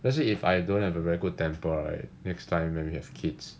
let's say if I don't have a very good temper right next time when we have kids